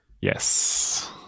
Yes